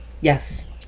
Yes